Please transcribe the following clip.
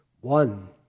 One